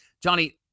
johnny